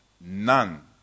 none